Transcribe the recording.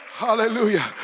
hallelujah